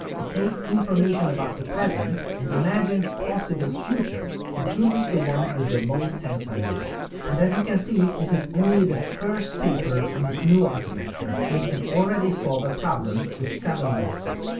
it takes information about the present and imagines possible futures, and chooses the one with the most handsome reward. and as you can see, this is only the first paper on this new architecture and it can already solve a problem with seven boxes.